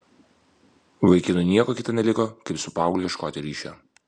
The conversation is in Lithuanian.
vaikinui nieko kita neliko kaip su paaugliu ieškoti ryšio